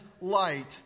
light